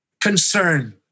concern